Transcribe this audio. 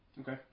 Okay